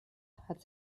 hat